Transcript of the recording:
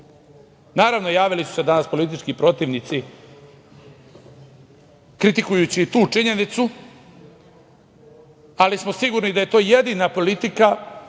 Naravno, javili su se danas politički protivnici kritikujući tu činjenicu, ali smo sigurni da je to jedina politika